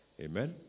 Amen